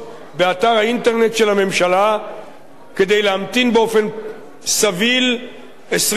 הממשלה כדי להמתין באופן סביל 21 יום להערות.